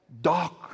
dark